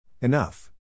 Enough